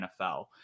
NFL